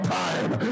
time